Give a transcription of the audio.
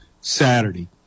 Saturday